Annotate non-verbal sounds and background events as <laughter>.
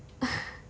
<breath>